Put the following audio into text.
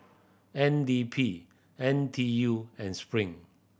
N D P N T U and Spring